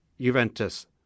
Juventus